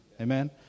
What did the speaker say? Amen